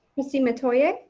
trustee metoyer.